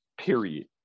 period